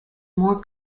more